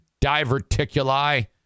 diverticuli